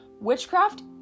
witchcraft